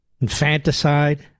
infanticide